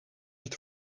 het